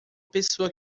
pessoa